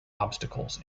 obstacles